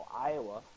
Iowa